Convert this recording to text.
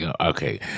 okay